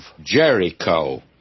Jericho